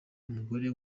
umugore